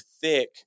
thick